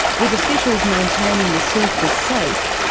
with officials maintaining the surf was safe,